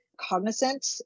cognizant